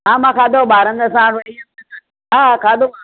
हा मां खाधो आहे ॿारनि सां वई हुअमि हा खाधो आहे